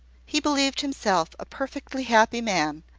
he believed himself a perfectly happy man,